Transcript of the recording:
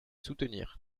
soutenir